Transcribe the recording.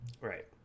right